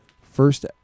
first